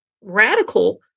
radical